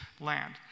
land